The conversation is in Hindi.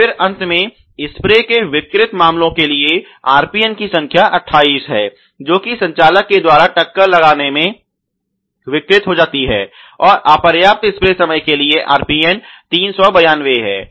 और फिर अंत में स्प्रे के विकृत मामलों के लिए RPN की संख्या 28 है जो कि संचालक के द्वारा टक्कर लाग्ने में विकृत हो जाती है और अपर्याप्त स्प्रे समय के लिए RPN 392 है